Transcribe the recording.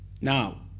Now